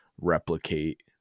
replicate